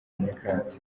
nyakatsi